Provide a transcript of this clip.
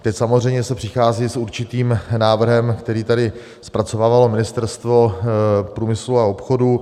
Teď samozřejmě se přichází s určitým návrhem, který tady zpracovávalo Ministerstvo průmyslu a obchodu.